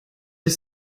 ich